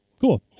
cool